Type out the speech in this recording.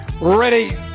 Ready